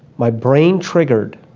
my brain triggered